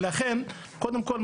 אז קודם כל,